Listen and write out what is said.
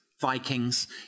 Vikings